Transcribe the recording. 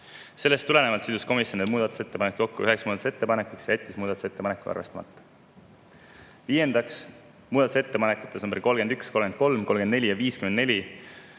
Sellest tulenevalt sidus komisjon need muudatusettepanekud kokku üheks muudatusettepanekuks ja jättis selle muudatusettepaneku arvestamata. Viiendaks, muudatusettepanekutes nr 31, 33, 34 ja 54